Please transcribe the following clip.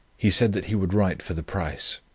he said that he would write for the price.